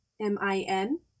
M-I-N